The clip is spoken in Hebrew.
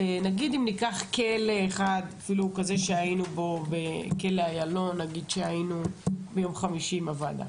אולי ניקח כלא אחד כמו כלא איילון שהיינו בו ביום חמישי עם הוועדה.